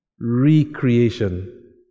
recreation